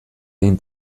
adin